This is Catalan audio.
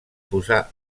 posà